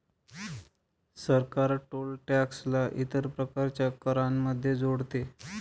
सरकार toll tax ला इतर प्रकारच्या करांमध्ये जोडते